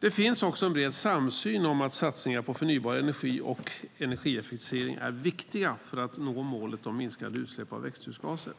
Det finns också en bred samsyn om att satsningar på förnybar energi och energieffektivisering är viktiga för att nå målet om minskade utsläpp av växthusgaser.